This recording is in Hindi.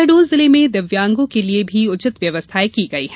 शहडोल जिले में दिव्यांगों के लिए भी उचित व्यवस्थायें की गई हैं